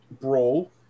brawl